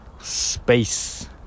Space